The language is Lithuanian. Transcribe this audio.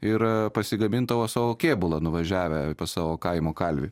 ir pasigamindavo savo kėbulą nuvažiavę pas savo kaimo kalvį